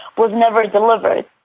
was never delivered.